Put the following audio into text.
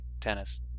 tennis